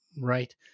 right